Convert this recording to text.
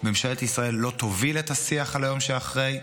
ממשלת ישראל לא תוביל את השיח על היום שאחרי,